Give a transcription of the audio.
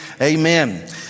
Amen